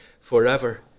forever